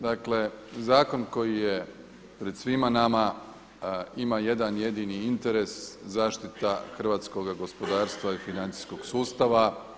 Dakle zakon koji je pred svima nama ima jedan jedini interes, zaštita hrvatskog gospodarstva i financijskog sustava.